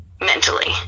mentally